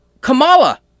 Kamala